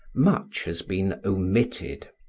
much has been omitted.